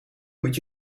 moet